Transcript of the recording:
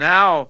Now